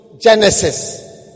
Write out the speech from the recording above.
Genesis